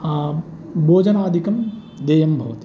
भोजनादिकं देयं भवति